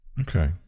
Okay